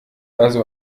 also